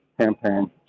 campaign